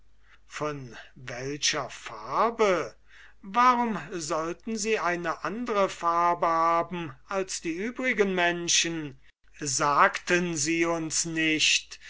von welcher farbe warum sollten sie eine andre farbe haben als die übrigen menschen sagten sie uns nicht